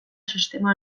sistema